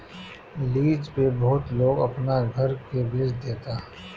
lease पे बहुत लोग अपना घर के बेच देता